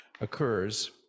occurs